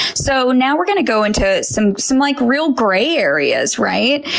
so, now we're going to go into some, some like real gray areas, right?